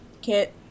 kit